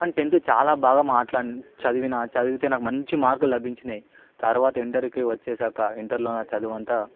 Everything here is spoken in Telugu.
కానీ టెంత్ చాలా బాగా మాట్ల చదివినా చదివితే నాకు మంచి మార్కులు లభించినాయి తరువాత ఇంటర్కి వచ్చేశాక ఇంటర్లో నా చదువంతా